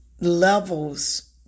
levels